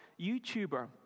YouTuber